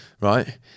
right